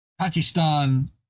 Pakistan